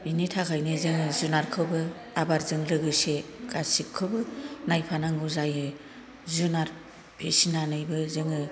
बिनि थाखायनो जोङो जुनारखौबो आबादजों लोगोसे गासिखौबो नायफानांगौ जायो जुनार फिनानैबो जोङो